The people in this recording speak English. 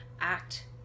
act